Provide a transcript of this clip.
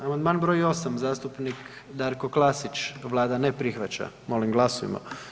Amandman br. 8. zastupnik Darko Klasić, vlada ne prihvaća, molim glasujmo.